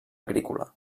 agrícola